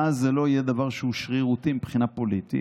ואז זה לא יהיה דבר שהוא שרירותי מבחינה פוליטית,